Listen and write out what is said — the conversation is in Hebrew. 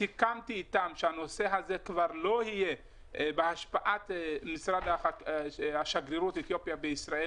סיכמתי איתם שהנושא הזה כבר לא יהיה בהשפעת שגרירות אתיופיה בישראל.